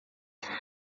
ela